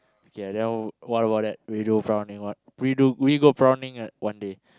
okay then what about that we do prawning what we do we go prawning uh one day